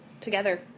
Together